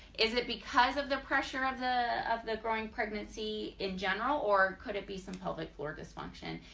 is it because of the pressure of the of the growing pregnancy in general or could it be some pelvic floor dysfunction?